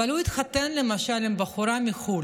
אבל הוא למשל התחתן עם בחורה מחו"ל.